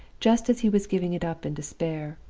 just as he was giving it up in despair,